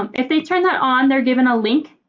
um if they turn that on, they are given a link.